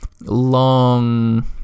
Long